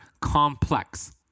Complex